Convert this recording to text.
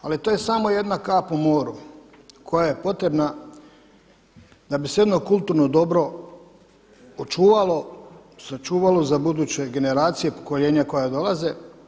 Ali to je samo jedna kap u moru koja je potrebna da bi se jedno kulturno dobro očuvalo, sačuvalo za buduće generacije, pokoljenja koja dolaze.